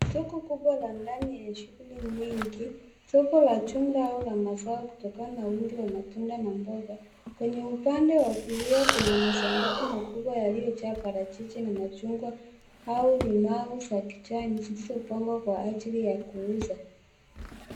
Soko kubwa la ndani yenye shughuli nyingi. Soko la jumla au la mazao kutokana na wingi wa matunda na mboga. Kwenye upande wa kulia kuna masanduku makubwa yaliyojaa parachichi ni machungwa au limau za kijani zilizopangwa kwa ajili ya kuuza.